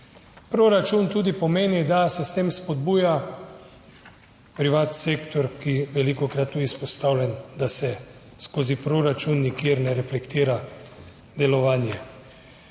Proračun tudi pomeni, da se s tem spodbuja privatni sektor, ki je velikokrat tudi izpostavljen, da se skozi proračun nikjer ne reflektira delovanje.